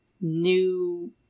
new